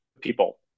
people